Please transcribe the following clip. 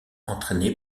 entraînée